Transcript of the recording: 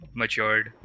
matured